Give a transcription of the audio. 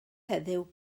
heddiw